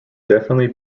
definitely